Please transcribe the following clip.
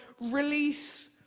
release